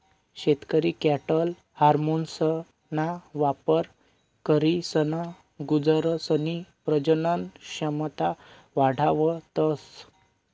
शेतकरी कॅटल हार्मोन्सना वापर करीसन गुरसनी प्रजनन क्षमता वाढावतस